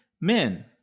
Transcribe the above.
Men